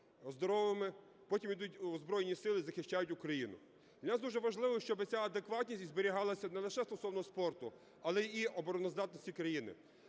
потім йдуть у Збройні Сили і захищають Україну. Для нас дуже важливо, щоб ця адекватність і зберігалася не лише стосовно спорту, але і обороноздатності країни,